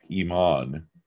iman